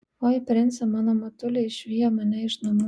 oi prince mano motulė išvijo mane iš namų